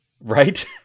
right